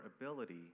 ability